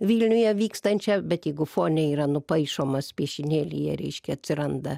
vilniuje vykstančią bet jeigu fone yra nupaišomas piešinėlyje reiškia atsiranda